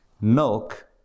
Milk